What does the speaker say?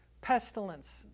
Pestilence